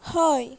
हय